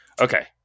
Okay